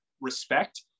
respect